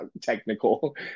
technical